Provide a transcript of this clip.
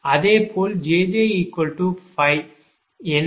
அதேபோல் jj5 NjjN51